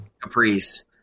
Caprice